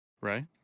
Right